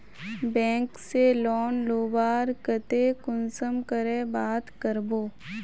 Bank से लोन लुबार केते कुंसम करे बात करबो?